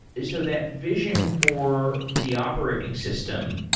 so that vision for the operating system,